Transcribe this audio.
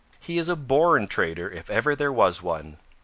he is a born trader if ever there was one.